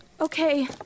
Okay